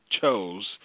chose